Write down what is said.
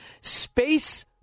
Space